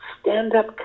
stand-up